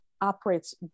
operates